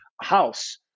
house